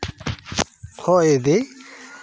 ᱦᱳᱭ ᱫᱤ